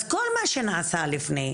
אז כל מה שנעשה לפני,